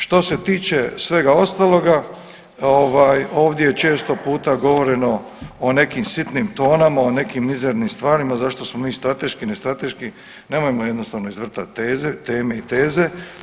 Što se tiče svega ostaloga ovaj ovdje je često puta govoreno o nekim sitnim tonama, o nekim mizernim stvarima zašto smo mi strateški, ne strateški, nemojmo jednostavno izvrtat teze, teme i teze.